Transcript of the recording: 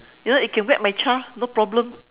you know you can whack my child no problem